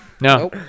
No